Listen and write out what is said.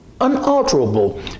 unalterable